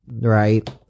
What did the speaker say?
Right